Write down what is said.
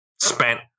spent